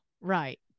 Right